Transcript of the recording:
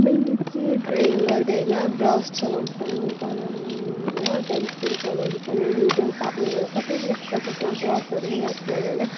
मैले चाहिँ ड्रइङ गर्दा होइन ब्रस चलाउँछन् कलर लगाउनु होइन पेन्सिल चलाउँछन् इलेजर सापनरहरू सबै लेख्छ त्यसमा ब्रसहरू पनि राख्छन् होइन